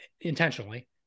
intentionally